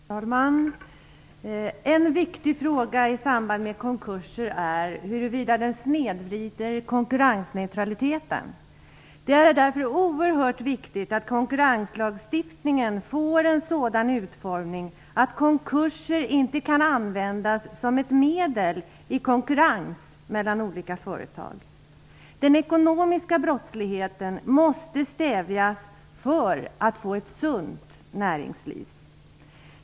Fru talman! En viktig fråga i samband med konkurser är huruvida de snedvrider konkurrensneutraliteten eller inte. Det är därför oerhört viktigt att konkurrenslagstiftningen får en sådan utformning att konkurser inte kan användas som ett medel i konkurrens mellan olika företag. Den ekonomiska brottsligheten måste stävjas för att vi skall få ett sunt näringsliv.